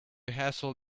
hassle